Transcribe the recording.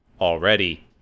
already